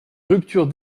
rupture